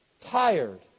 tired